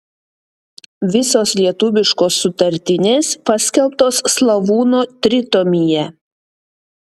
visos lietuviškos sutartinės paskelbtos slavūno tritomyje